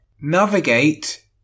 Navigate